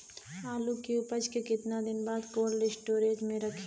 आलू के उपज के कितना दिन बाद कोल्ड स्टोरेज मे रखी?